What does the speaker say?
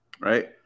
right